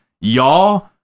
y'all